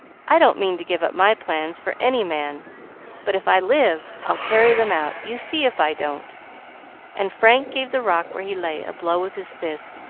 i don't mean to give up my plans for any man but, if i live, i'll carry them out you see if i don't and frank gave the rock where he lay a blow with his fist,